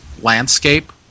landscape